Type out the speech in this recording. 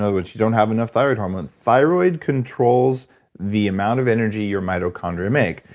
other words you don't have enough thyroid hormone, thyroid controls the amount of energy your mitochondria make.